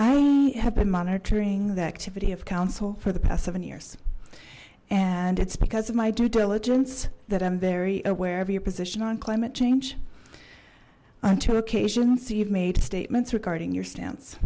i have been monitoring the activity of council for the past seven years and it's because of my due diligence that i'm very aware of your position on climate change on two occasions you've made statements regarding your stance